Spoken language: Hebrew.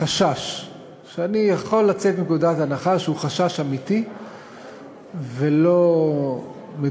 חשש שאני יכול לצאת מנקודת הנחה שהוא חשש אמיתי ולא מדומה,